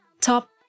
top